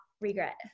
regret